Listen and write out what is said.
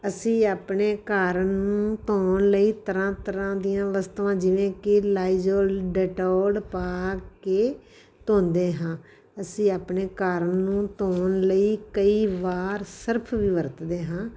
ਅਸੀਂ ਆਪਣੇ ਘਰ ਨੂੰ ਧੋਣ ਲਈ ਤਰ੍ਹਾਂ ਤਰ੍ਹਾਂ ਦੀਆਂ ਵਸਤੂਆਂ ਜਿਵੇਂ ਕਿ ਲਾਈਜੋਲ ਡੈਟੋਲ ਪਾ ਕੇ ਧੋਂਦੇ ਹਾਂ ਅਸੀਂ ਆਪਣੇ ਘਰ ਨੂੰ ਧੋਣ ਲਈ ਕਈ ਵਾਰ ਸਰਫ਼ ਵੀ ਵਰਤਦੇ ਹਾਂ